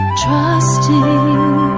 Trusting